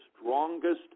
strongest